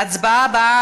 ההצבעה הבאה,